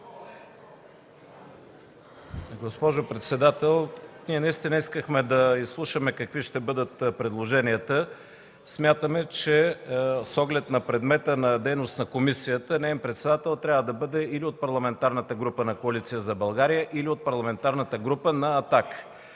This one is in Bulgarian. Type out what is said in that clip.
Госпожо председател, наистина искахме да изслушаме какви ще бъдат предложенията. Смятаме, че с оглед предмета на дейност на комисията неин председател трябва да бъде или от Парламентарната група на Коалиция за България, или от Парламентарната група на